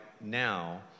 now